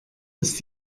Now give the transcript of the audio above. ist